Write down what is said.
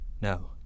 No